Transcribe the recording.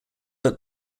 that